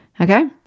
Okay